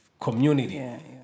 Community